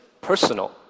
personal